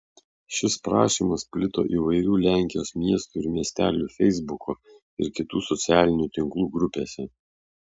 šis prašymas plito įvairių lenkijos miestų ir miestelių feisbuko ir kitų socialinių tinklų grupėse